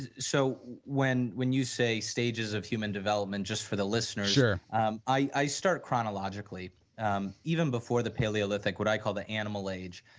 and so, when when you say stages of human development just for the listeners. um i i start chronologically um even before the paleolithic what i call the animal age,